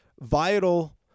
Vital